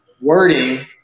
wording